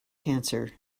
cancer